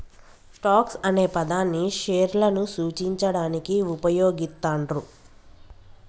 stocks అనే పదాన్ని షేర్లను సూచించడానికి వుపయోగిత్తండ్రు